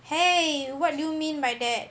!hey! what do you mean by that